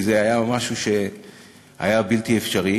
זה היה משהו בלתי אפשרי.